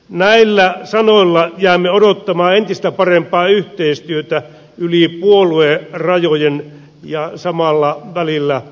näillä sanoilla jäämme odottamaan entistä parempaa yhteistyötä yli puoluerajojen ja samalla välillä rauhaisaa joulua